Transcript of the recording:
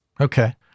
Okay